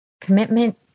Commitment